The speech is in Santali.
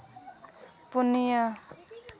ᱯᱩᱱᱭᱟᱹ